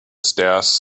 stairs